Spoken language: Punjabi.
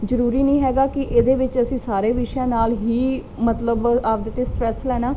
ਜ਼ਰੂਰੀ ਨਹੀਂ ਹੈਗਾ ਕਿ ਇਹਦੇ ਵਿੱਚ ਅਸੀਂ ਸਾਰੇ ਵਿਸ਼ਿਆਂ ਨਾਲ ਹੀ ਮਤਲਬ ਆਪਣੇ 'ਤੇ ਸਟਰੈਸ ਲੈਣਾ